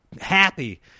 happy